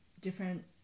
different